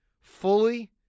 fully